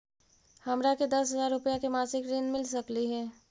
हमरा के दस हजार रुपया के मासिक ऋण मिल सकली हे?